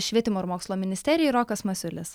švietimo ir mokslo ministerijai rokas masiulis